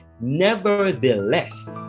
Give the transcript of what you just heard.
Nevertheless